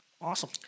Awesome